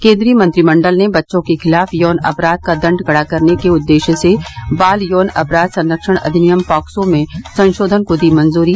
केंद्रीय मंत्रिमंडल ने बच्चों के खिलाफ यौन अपराध का दंड कड़ा करने के उद्देश्य से बाल यौन अपराध संरक्षण अधिनियम पॉक्सो में संशोधन को दी मंजूरी